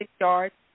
yards